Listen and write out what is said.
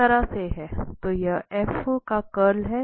तो यह का कर्ल है